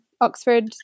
Oxford